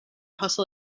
hustle